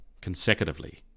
consecutively